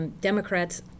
Democrats